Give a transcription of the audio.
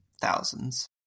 thousands